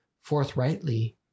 forthrightly